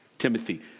Timothy